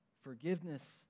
forgiveness